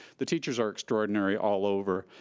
the teachers are extraordinary all over,